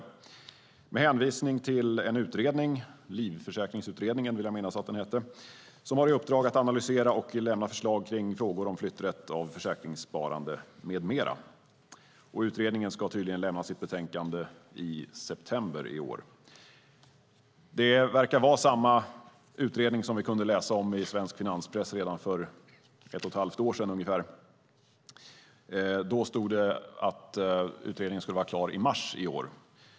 Det görs med hänvisning till en utredning - Livförsäkringsutredningen, vill jag minnas att den heter - som har i uppdrag att analysera och lämna förslag kring frågor om flytträtt för försäkringssparande med mera. Utredningen ska tydligen lämna sitt betänkande i september i år. Det verkar vara samma utredning vi kunde läsa om i svensk finanspress redan för ungefär ett och ett halvt år sedan. Då stod det att utredningen skulle vara klar i mars i år.